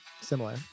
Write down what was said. Similar